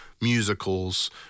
musicals